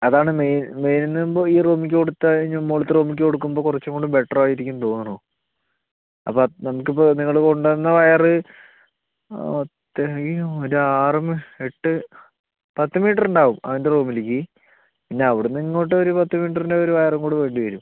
അത് ആണ് മെയിൻ മെയിനിൽ നിന്നും ഈ റൂമീലേക്ക് കൊടുത്താൽ ഞാൻ മുകളിലത്തെ റൂമിലേക്ക് കൊടുക്കുമ്പം കുറച്ചും കൂടി ബെറ്റർ ആയിരിക്കും എന്ന് തോന്നണു അപ്പം നമുക്ക് ഇപ്പം നിങ്ങൾ കൊണ്ടു വന്ന വയർ അത്രയും ഒരു ആറും എട്ട് പത്ത് മീറ്റർ ഉണ്ടാകും അവൻ്റെ റൂമിലേക്ക് പിന്നെ അവിടെ നിന്ന് ഇങ്ങോട്ട് ഒരു പത്ത് മീറ്ററിൻ്റെ ഒരു വയറും കൂടി വേണ്ടി വരും